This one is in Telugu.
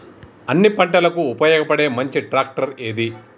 అన్ని పంటలకు ఉపయోగపడే మంచి ట్రాక్టర్ ఏది?